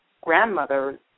grandmother